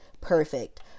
perfect